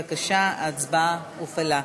בבקשה, ההצבעה הופעלה.